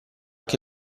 che